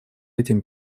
этим